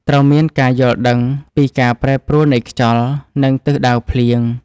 ត្រូវមានការយល់ដឹងពីការប្រែប្រួលនៃខ្យល់ និងទិសដៅភ្លៀង។